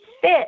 fit